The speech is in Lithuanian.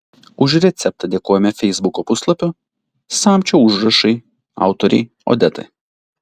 už receptą dėkojame feisbuko puslapio samčio užrašai autorei odetai